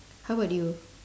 how about you